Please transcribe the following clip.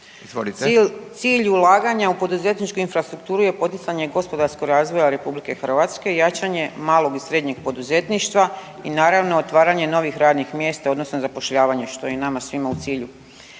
Cilj ulaganja u poduzetničku infrastrukturu je poticanje gospodarskog razvoja RH i jačanje malog i srednjeg poduzetništva i naravno, otvaranje novih radnih mjesta odnosno zapošljavanje, što je i nama svima u cilju.